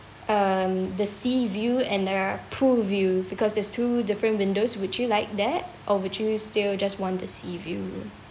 um the sea view and there are pool view because there's two different windows would you like that or would you still just want the sea view room